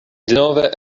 denove